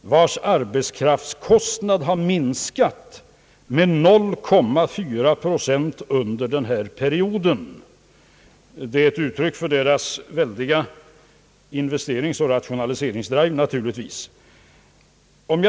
vars arbetskraftskostnad har minskat med 0,4 procent under den här perioden. Det är naturligtvis ett uttryck för deras väldiga investeringsoch rationaliseringsdrive.